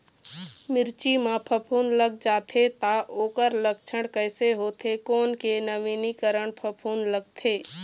मिर्ची मा फफूंद लग जाथे ता ओकर लक्षण कैसे होथे, कोन के नवीनीकरण फफूंद लगथे?